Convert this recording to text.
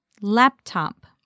Laptop